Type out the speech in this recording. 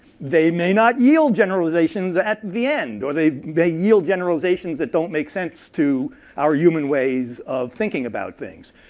they may not field generalizations at the end. or they they yield generalizations that don't make sense to our human ways of thinking about things.